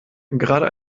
gerade